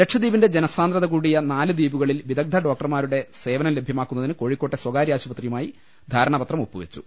ലക്ഷദ്വീപിന്റെ ജനസാന്ദ്രത കൂടിയ നാല് ദ്വീപുകളിൽ വിദഗ്ധ ഡോക്ടർമാരുടെ സേവനം ലഭ്യമാക്കുന്നതിന് കോഴിക്കോട്ടെ സ്വകാര്യ ആശുപത്രിയുമായി ധാരണാപത്രം ഒപ്പു വെച്ചു